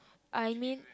I mean